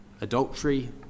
Adultery